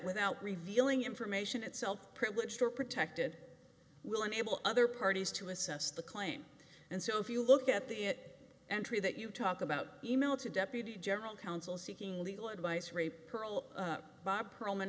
without revealing information itself privileged or protected will enable other parties to assess the claim and so if you look at the it entry that you talk about e mail to deputy general counsel seeking legal advice re pearl by perl